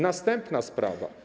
Następna sprawa.